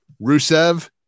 Rusev